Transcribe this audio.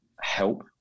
help